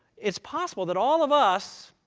it's possible that all of us,